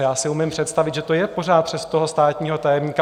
Já si umím představit, že to je pořád přes státního tajemníka.